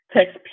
Text